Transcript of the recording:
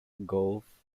golf